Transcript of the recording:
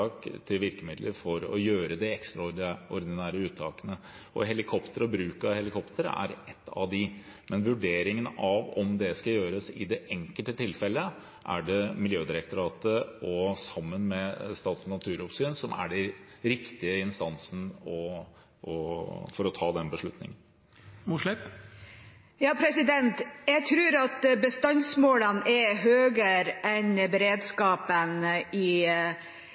til virkemidler for å gjøre de ekstraordinære uttakene, og bruk av helikoptre er ett av dem. Men når det gjelder vurderingen av og beslutningen om hvorvidt dette skal gjøres i det enkelte tilfellet, er det Miljødirektoratet, sammen med Statens naturoppsyn, som er den riktige instansen. Jeg tror at bestandsmålene er høyere enn beredskapen når det gjelder uttak. Vi har ett helikopter som er både i Trøndelag og i